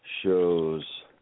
shows